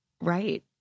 Right